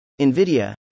NVIDIA